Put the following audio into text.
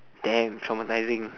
damn traumatizing